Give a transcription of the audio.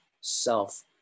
self